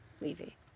Levy